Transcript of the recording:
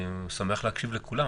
אני שמח להקשיב לכולם.